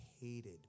hated